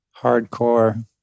Hardcore